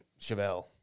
Chevelle